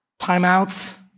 Timeouts